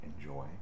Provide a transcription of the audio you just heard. enjoy